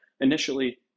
initially